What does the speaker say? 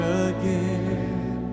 again